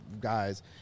guys